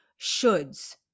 shoulds